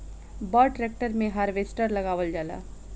बड़ ट्रेक्टर मे हार्वेस्टर लगावल जाला